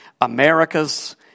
America's